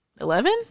Eleven